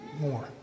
more